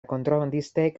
kontrabandistek